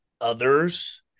others